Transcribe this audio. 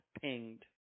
pinged